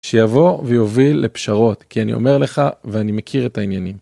שיבוא ויוביל לפשרות, כי אני אומר לך ואני מכיר את העניינים.